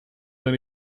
than